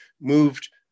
moved